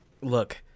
look